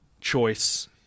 choice